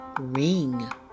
Ring